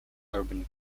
urban